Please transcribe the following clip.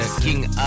King